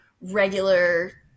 regular